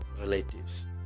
relatives